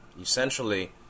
essentially